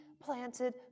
planted